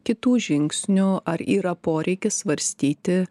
kitų žingsnių ar yra poreikis svarstyti